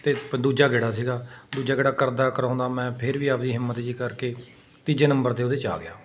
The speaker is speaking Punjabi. ਅਤੇ ਦੂਜਾ ਗੇੜਾ ਸੀਗਾ ਦੂਜਾ ਗੇੜਾ ਕਰਦਾ ਕਰਾਉਂਦਾ ਮੈਂ ਫਿਰ ਵੀ ਆਪਦੀ ਹਿੰਮਤ ਜਿਹੀ ਕਰਕੇ ਤੀਜੇ ਨੰਬਰ 'ਤੇ ਉਹਦੇ 'ਚ ਆ ਗਿਆ